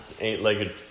eight-legged